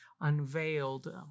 unveiled